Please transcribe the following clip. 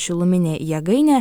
šiluminė jėgainė